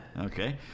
Okay